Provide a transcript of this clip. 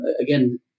again